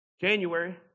January